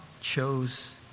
chose